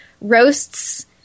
roasts